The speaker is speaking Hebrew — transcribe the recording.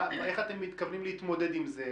איך אתם מתכוונים להתמודד עם זה?